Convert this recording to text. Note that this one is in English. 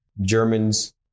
Germans